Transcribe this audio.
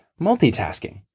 multitasking